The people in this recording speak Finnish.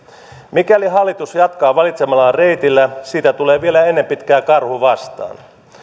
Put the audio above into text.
mikäli hallitus jatkaa valitsemallaan reitillä siinä tulee vielä ennen pitkää karhu vastaan